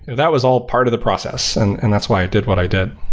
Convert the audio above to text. that was all part of the process and and that's why i did what i did.